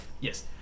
Yes